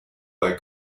bei